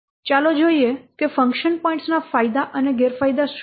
ચાલો જોઈએ કે ફંક્શન પોઇન્ટ્સ ના ફાયદા અને ગેરફાયદા શું છે